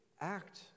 act